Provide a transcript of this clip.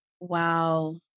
wow